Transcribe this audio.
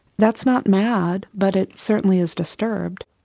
that's not mad, but it certainly is disturbed.